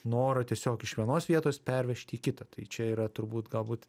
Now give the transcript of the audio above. norą tiesiog iš vienos vietos pervežti į kitą tai čia yra turbūt galbūt